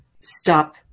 stop